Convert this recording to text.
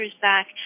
back